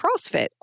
CrossFit